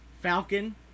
Falcon